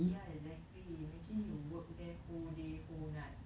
ya exactly imagine you work there whole day whole night